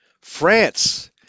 France